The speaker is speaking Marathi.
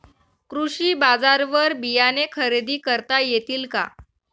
कृषी बाजारवर बियाणे खरेदी करता येतील का?